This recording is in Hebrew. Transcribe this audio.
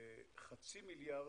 חצי מיליארד.